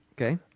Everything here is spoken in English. Okay